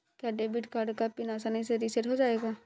क्या debit card का PIN आसानी से रीसेट हो जाएगा?